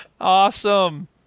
Awesome